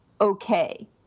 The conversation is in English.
okay